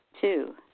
Two